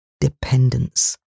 dependence